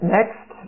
Next